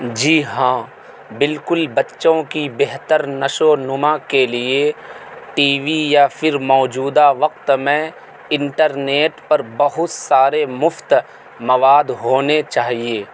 جی ہاں بالکل بچّوں کی بہتر نشو نما کے لیے ٹی وی یا پھر موجودہ وقت میں انٹرنیٹ پر بہت سارے مفت مواد ہونے چاہیے